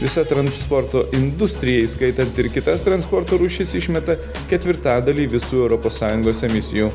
visa transporto industrija įskaitant ir kitas transporto rūšis išmeta ketvirtadalį visų europos sąjungos emisijų